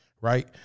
right